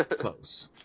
Close